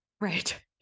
Right